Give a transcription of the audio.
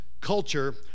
culture